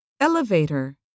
Elevator